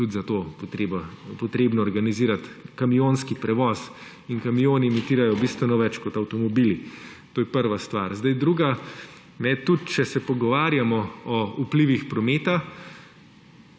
tudi za to je potrebno organizirati kamionski prevoz in kamioni emitirajo bistveno več kot avtomobili. To je prva stvar. Zdaj druga, tudi če se pogovarjamo o vplivih prometa,